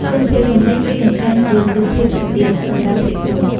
គុណភាពសំឡេង គឺសំខាន់ជាងរូបភាពទៅទៀតសម្រាប់ភាពយន្ត។